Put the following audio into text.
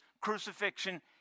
crucifixion